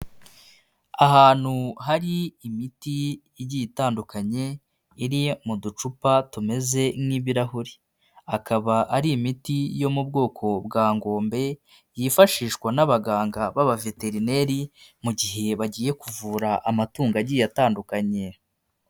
Ahantu hari imiti igiye itandukanye, iri mu ducupa tumeze nk'ibirahuri. Akaba ari imiti yo mu bwoko bwa ngombe, yifashishwa n'abaganga b'abaveterineri mu gihe bagiye kuvura amatungo agiye atandukanye.